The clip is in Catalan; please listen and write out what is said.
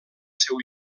seu